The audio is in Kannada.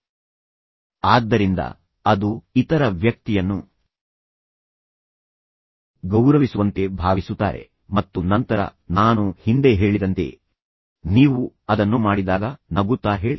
ಆದ್ದರಿಂದ ಅದು ಇತರ ವ್ಯಕ್ತಿಗೆ ಉಷ್ಣತೆಯನ್ನು ಉಂಟುಮಾಡುತ್ತದೆ ಮತ್ತು ನಂತರ ಅವರು ಇತರ ವ್ಯಕ್ತಿಯನ್ನು ಗೌರವಿಸುವಂತೆ ಭಾವಿಸುತ್ತಾರೆ ಮತ್ತು ನಂತರ ನಾನು ಹಿಂದೆ ಹೇಳಿದಂತೆ ನೀವು ಅದನ್ನು ಮಾಡಿದಾಗ ನಗುತ್ತಾ ಹೇಳಿ